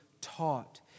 taught